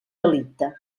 delicte